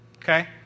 Okay